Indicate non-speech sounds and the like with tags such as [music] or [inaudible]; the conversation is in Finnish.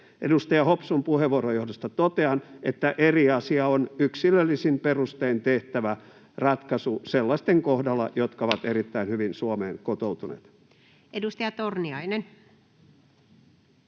Edustaja Hopsun puheenvuoron johdosta totean, että eri asia on yksilöllisin perustein tehtävä ratkaisu sellaisten kohdalla, jotka ovat [noise] erittäin hyvin Suomeen kotoutuneet. [Speech